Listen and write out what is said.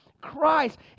Christ